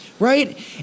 Right